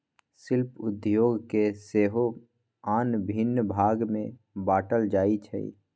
शिल्प उद्योग के सेहो आन भिन्न भाग में बाट्ल जाइ छइ